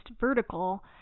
vertical